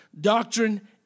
Doctrine